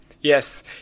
yes